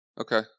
Okay